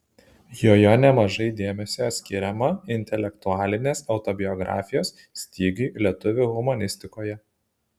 joje nemažai dėmesio skiriama intelektualinės autobiografijos stygiui lietuvių humanistikoje